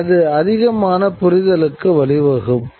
அது அதிகமான புரிதலுக்கு வழிவகுக்கும்